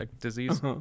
disease